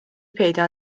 پیدا